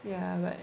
ya I'm like